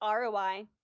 ROI